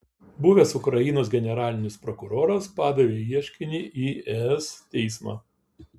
buvęs ukrainos generalinis prokuroras padavė ieškinį į es teismą